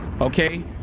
okay